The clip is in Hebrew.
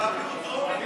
הממשלה.